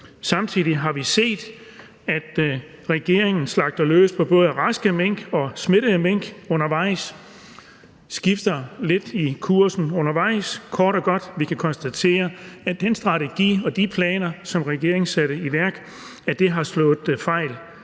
Samtidig har vi set, at regeringen slagter løs på både raske mink og smittede mink – man skifter lidt kurs undervejs. Vi kan kort og godt konstatere, at den strategi og de planer, som regeringen satte i værk, har slået fejl.